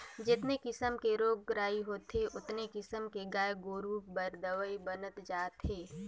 जेतने किसम के रोग राई होथे ओतने किसम के गाय गोरु बर दवई बनत जात हे